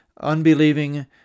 unbelieving